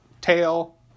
Tail